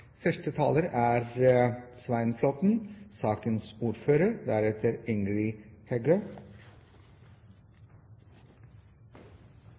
Første taler er sakens ordfører,